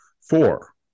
four